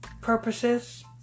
purposes